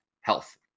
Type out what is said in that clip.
health